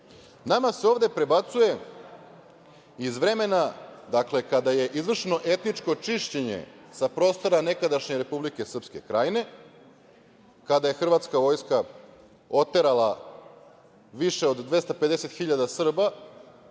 se ovde prebacuje iz vremena kada je izvršeno etničko čišćenje sa prostora nekadašnje Republike Srpske Krajine, kada je hrvatska vojska oterala više od 250.000 Srba